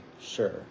sure